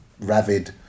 ravid